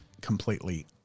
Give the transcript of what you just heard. completely